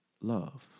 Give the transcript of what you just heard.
Love